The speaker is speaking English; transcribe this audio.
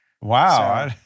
Wow